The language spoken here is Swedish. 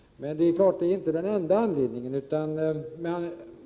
Det är emellertid inte den enda anledningen.